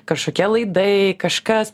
kažkokie laidai kažkas